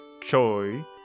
Choi